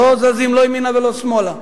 לא זזים לא ימינה ולא שמאלה,